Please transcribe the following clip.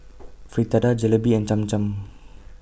Fritada Jalebi and Cham Cham